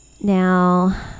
Now